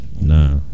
nah